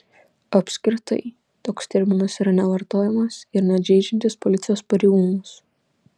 apskritai toks terminas yra nevartojamas ir net žeidžiantis policijos pareigūnus